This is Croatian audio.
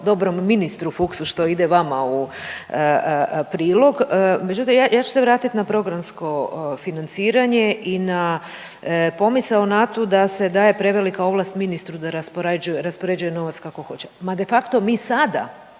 dobrom ministru Fuchsu što ide vama u prilog, međutim ja, ja ću se vratit na programsko financiranje i na pomisao na to da se daje prevelika ovlast ministru da raspoređuje, raspoređuje novac kako hoće. Ma de facto mi sada